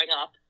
up